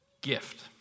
gift